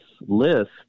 list